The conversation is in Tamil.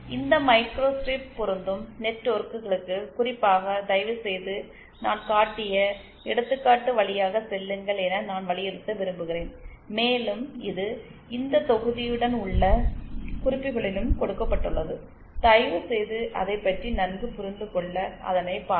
இந்த மைக்ரோஸ்ட்ரிப் பொருந்தும் நெட்வொர்க்குகளுக்கு குறிப்பாக தயவுசெய்து நான் காட்டிய எடுத்துக்காட்டு வழியாகச் செல்லுங்கள் என நான் வலியுறுத்த விரும்புகிறேன் மேலும் இது இந்த தொகுதியுடன் உள்ள குறிப்புகளிலும் கொடுக்கப்பட்டுள்ளது தயவுசெய்து அதைப் பற்றி நன்கு புரிந்து கொள்ள அதனை பாருங்கள்